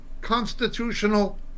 constitutional